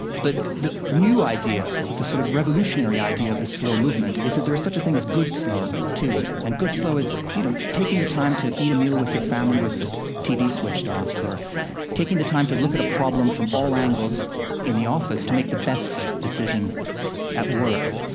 but the new idea, the sort of revolutionary idea, of the slow movement, is that there is such a thing as good slow, too. and good slow is, you know, taking the time to eat a meal with your family, with the tv switched off. or taking the time to look at a problem from all angles in the office to make the best decision at work.